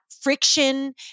friction